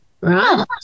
right